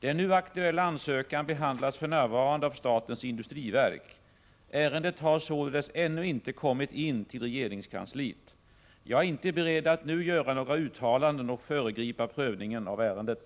Den nu aktuella ansökan behandlas för närvarande av statens industriverk. Ärendet har således ännu inte kommit in till regeringskansliet. Jag är inte beredd att nu göra några uttalanden och föregripa prövningen av ärendet.